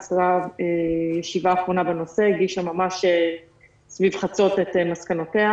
קיימה ישיבה אחרונה בנושא והגישה ממש סביב חצות את מסקנותיה.